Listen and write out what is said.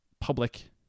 public